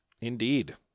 Indeed